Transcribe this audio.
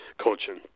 coaching